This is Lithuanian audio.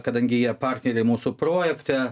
kadangi jie partneriai mūsų projekte